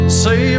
say